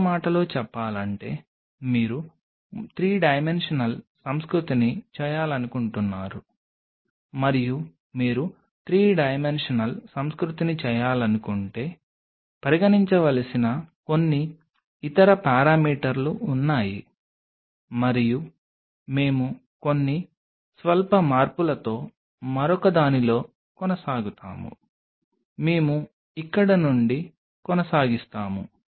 మరో మాటలో చెప్పాలంటే మీరు 3 డైమెన్షనల్ సంస్కృతిని చేయాలనుకుంటున్నారు మరియు మీరు 3 డైమెన్షనల్ సంస్కృతిని చేయాలనుకుంటే పరిగణించవలసిన కొన్ని ఇతర పారామీటర్లు ఉన్నాయి మరియు మేము కొన్ని స్వల్ప మార్పులతో మరొకదానిలో కొనసాగుతాము మేము ఇక్కడ నుండి కొనసాగిస్తాము